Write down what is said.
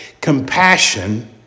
compassion